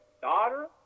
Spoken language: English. daughter